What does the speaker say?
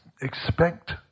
expect